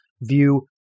view